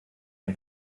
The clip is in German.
ein